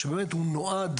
שבאמת הוא נועד,